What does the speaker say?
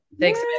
Thanks